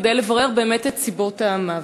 כדי לברר באמת את סיבות המוות.